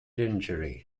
injury